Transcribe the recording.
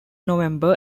november